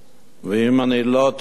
ואם אני לא טועה,